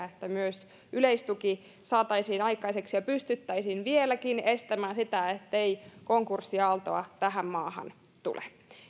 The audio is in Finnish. että myös yleistuki saataisiin aikaiseksi ja pystyttäisiin vieläkin estämään sitä ettei konkurssiaaltoa tähän maahan tule